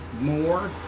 more